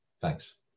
Thanks